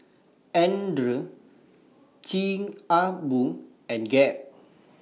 Andre Chic A Boo and Gap